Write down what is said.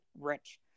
rich